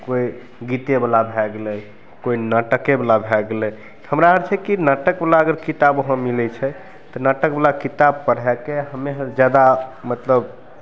कोइ गीतेवला भए गेलय कोइ नाटकेवला भए गेलय हमरा अर छै कि नाटकवला अगर किताब वहाँ मिलय छै तऽ नाटकवला किताब पढ़यके हमे अर जादा मतलब